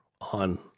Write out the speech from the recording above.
on